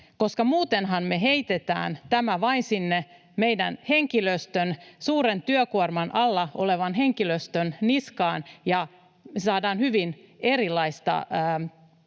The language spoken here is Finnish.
koska muutenhan me heitetään tämä vain sinne meidän henkilöstön, suuren työkuorman alla olevan henkilöstön, niskaan ja me saadaan hyvin erilaista kohtelua